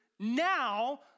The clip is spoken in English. Now